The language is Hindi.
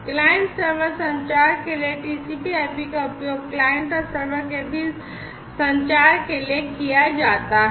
क्लाइंट सर्वर संचार के लिए TCPIP का उपयोग क्लाइंट और सर्वर के बीच संचार के लिए किया जाता है